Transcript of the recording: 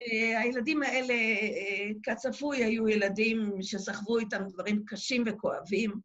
הילדים האלה כצפוי היו ילדים שסחבו איתם דברים קשים וכואבים.